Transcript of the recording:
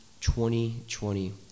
2020